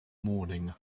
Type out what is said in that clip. morning